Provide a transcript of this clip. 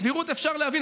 סבירות אפשר להבין,